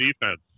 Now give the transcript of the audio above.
defense